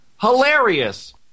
Hilarious